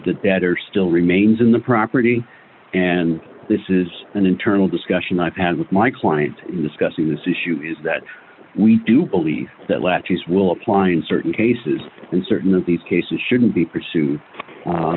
that are still remains in the property and this is an internal discussion i've had with my client in this gushy this issue is that we do believe that latches will apply in certain cases and certain of these cases shouldn't be pursue